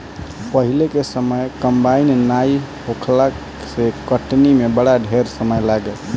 पहिले के समय कंबाइन नाइ होखला से कटनी में बड़ा ढेर समय लागे